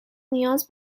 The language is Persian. نیاز